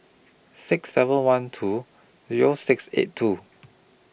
six seven one two Zero six eight two